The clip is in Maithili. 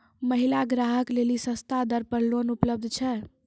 महिला ग्राहक लेली सस्ता दर पर लोन उपलब्ध छै?